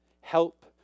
Help